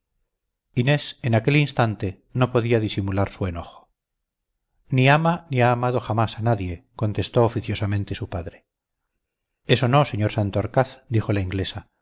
inés en aquel instante no podía disimular su enojo ni ama ni ha amado jamás a nadie contestó oficiosamente su padre eso no sr santorcaz dijo la inglesa